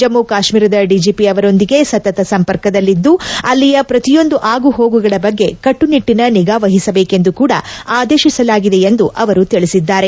ಜಮ್ಮ ಕಾಶ್ಮೀರದ ಡಿಜಿಪಿ ಅವರೊಂದಿಗೆ ಸತತ ಸಂಪರ್ಕದಲ್ಲಿದ್ದು ಅಲ್ಲಿಯ ಪ್ರತಿಯೊಂದು ಆಗುಹೋಗುಗಳ ಬಗ್ಗೆ ಕಟ್ಟುನಿಟ್ಟಿನ ನಿಗಾವಹಿಸಬೇಕೆಂದು ಕೂಡಾ ಆದೇಶಿಸಲಾಗಿದೆ ಎಂದು ಅವರು ತಿಳಿಸಿದ್ದಾರೆ